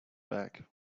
back